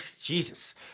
Jesus